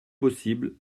possible